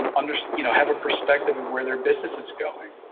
um and you know have a perspective of where their business is going.